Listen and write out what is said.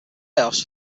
playoffs